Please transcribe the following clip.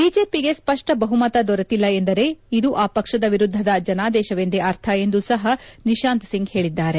ಬಿಜೆಪಿಗೆ ಸ್ವಷ್ವ ಬಹುಮತ ದೊರೆತಿಲ್ಲ ಎಂದರೆ ಇದು ಆ ಪಕ್ಷದ ವಿರುದ್ದದ ಜನಾದೇಶವೆಂದೇ ಅರ್ಥ ಎಂದೂ ಸಹ ನಿಶಾಂತ್ಸಿಂಗ್ ಹೇಳಿದರು